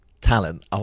talent